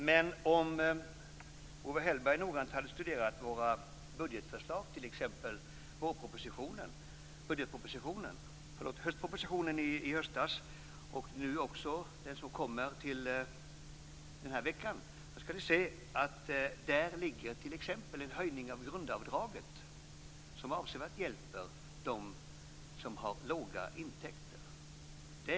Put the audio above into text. Men om Owe Hellberg noggrant hade studerat våra budgetförslag, t.ex. höstpropositionen i höstas och den som kommer till veckan, skulle han ha sett att där ligger t.ex. en höjning av grundavdraget som avsevärt hjälper dem som har låga intäkter.